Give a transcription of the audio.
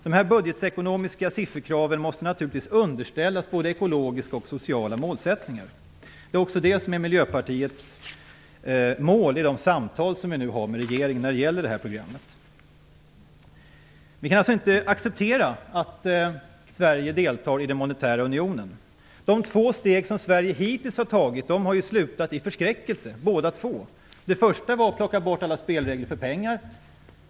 Dessa budgetekonomiska sifferkrav måste naturligtvis underställas både ekologiska och sociala målsättningar. Det är också det som är Miljöpartiets mål i de samtal som vi för med regeringen i dessa frågor. Miljöpartiet kan inte acceptera att Sverige deltar i den monetära unionen. De två steg som Sverige hittills har tagit har ju slutat i förskräckelse. Det första steget var att man plockade bort alla spelregler för pengar.